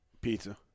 Pizza